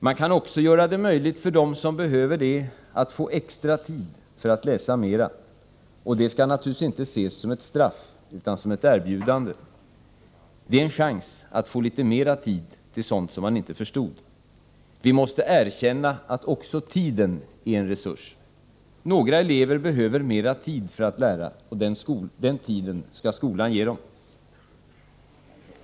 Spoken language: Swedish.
Man kan också göra det möjligt för dem som så behöver att få extra tid för att läsa mera. Det skall naturligtvis inte ses som ett straff utan som ett erbjudande. Det är en chans att få litet mer tid till sådant som man inte förstod. Vi måste erkänna att också tiden är en resurs. Några elever behöver mer tid för att lära. Den tiden skall skolan ge dem.